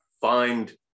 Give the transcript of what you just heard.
find